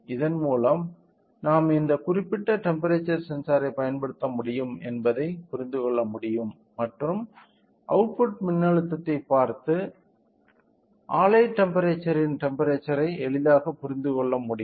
இதன் மூலம் நாம் இந்த குறிப்பிட்ட டெம்ப்பெரேச்சர் சென்சார் ஐ பயன்படுத்த முடியும் என்பதை புரிந்து கொள்ள முடியும் மற்றும் அவுட்புட் மின்னழுத்தத்தை பார்த்து ஆலை டெம்ப்பெரேச்சர்யின் டெம்ப்பெரேச்சர்யை எளிதாக புரிந்து கொள்ள முடியும்